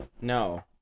No